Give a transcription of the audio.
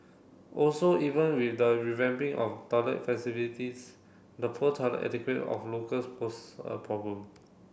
also even with the revamping of toilet facilities the poor toilet etiquette of locals pose a problem